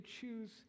choose